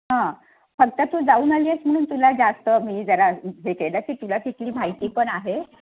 हां फक्त तू जाऊन आली आहेस म्हणून तुला जास्त मी जरा हे केलं की तुला तिथली माहिती पण आहे